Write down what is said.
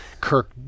Kirk